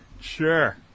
Sure